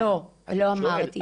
לא, היא לא אמרה את זה.